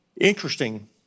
Interesting